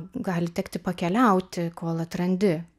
gali tekti pakeliauti kol atrandi